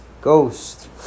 Ghost